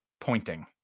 pointing